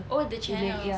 oh the channels